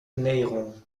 neyron